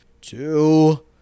two